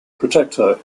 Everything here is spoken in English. protector